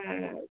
হ্যাঁ